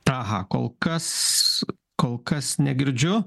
aha kol kas kol kas negirdžiu